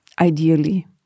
ideally